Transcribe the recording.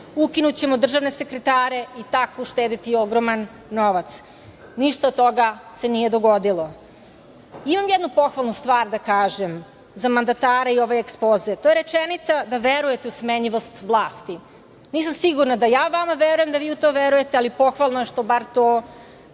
ukinućemo državne sekretare i tako uštedeti ogroman novac. Ništa od toga se nije dogodilo. Imam jednu pohvalnu stvar da kažem za mandatara i ovaj ekspoze, to je rečenica da verujete u smenjivost vlasti. Nisam sigurna da ja vama verujem da vi u to verujete, ali pohvalno je što bar to